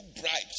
bribes